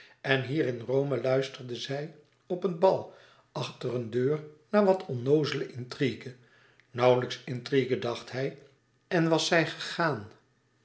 en hier in rome luisterde zij op een bal achter een deur naar wat onnoozele intrigue nauwlijks intrigue dacht hij en was zij gegaan